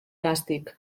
càstig